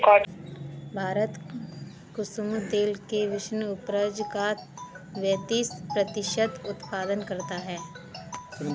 भारत कुसुम तेल के विश्व उपज का पैंतीस प्रतिशत उत्पादन करता है